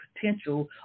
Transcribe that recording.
potential